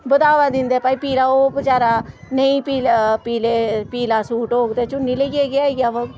बधावा दिंदे भाई पीला ओह् बचारा नेईं पीला पीले पीला सूट होग ते चुन्नी लेइयै गै आई जाग ओह्